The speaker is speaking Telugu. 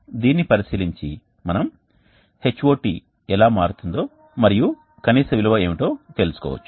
దీనిని పరిశీలించి మనం Hot ఎలా మారుతుందో మరియు కనీస విలువ ఏమిటో తెలుసుకోవచ్చు